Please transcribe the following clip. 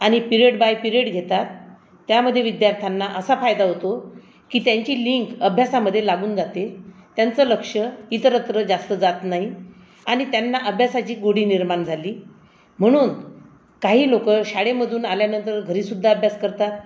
आणि period by period घेतात त्यामध्ये विद्यार्थांना असा फायदा होतो की त्यांची लिंक अभ्यासामध्ये लागून जाते त्यांचं लक्ष इतरत्र जास्त जात नाही आणि त्यांना अभ्यासाची गोडी निर्माण झाली म्हणून काही लोक शाळेमधून आल्यानंतर घरीसुद्धा अभ्यास करतात